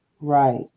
right